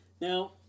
Now